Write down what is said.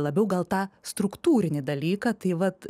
labiau gal tą struktūrinį dalyką tai vat